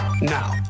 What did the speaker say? Now